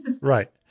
Right